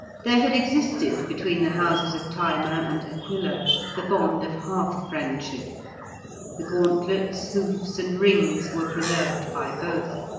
there had existed between the houses of thyma and aquila the bond of hearth-friendship the gauntlets, hoofs, and rings were preserved by both,